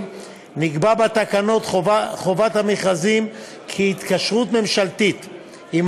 נקבע בתקנות חובת המכרזים כי התקשרות ממשלתית עם